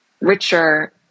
richer